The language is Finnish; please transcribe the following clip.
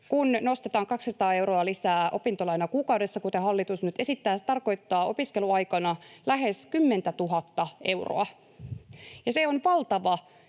kun nostetaan 200 euroa lisää opintolainaa kuukaudessa, kuten hallitus nyt esittää, se tarkoittaa opiskeluaikana lähes 10 000:ta euroa, ja se on valtava